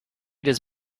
does